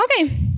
Okay